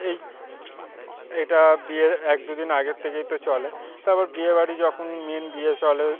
এই এটা বিয়ের এক দুদিন আগের থেকেই তো চলে তারপর বিয়ে বাড়ি যখন মেন বিয়ে চলে